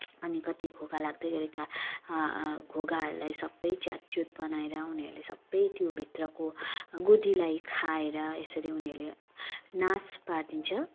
अनि कति घोघा लाग्दै गरेका घोघाहरूलाई सबै च्यातचुत बनाएर उनीहरूले सबै त्योभित्रको गुदीलाई खाएर यसरी उनीहरूले नास पारिदिन्छ